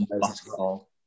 basketball